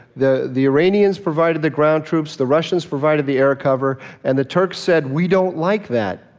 the the iranians provided the ground troops. the russians provided the air cover and the turks said, we don't like that.